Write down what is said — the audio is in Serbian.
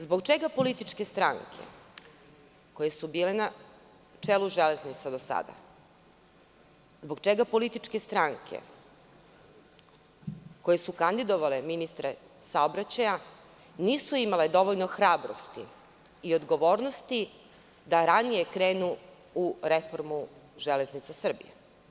Zbog čega političke stranke koje su bile na čelu Železnica do sada, zbog čega političke stranke koje su kandidovale ministre saobraćaja nisu imale dovoljno hrabrosti i odgovornosti da ranije krenu u reformu Železnica Srbije?